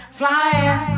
flying